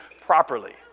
properly